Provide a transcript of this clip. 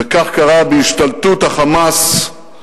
וכך קרה בהשתלטות ה"חמאס"